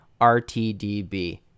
RTDB